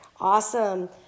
Awesome